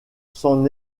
s’en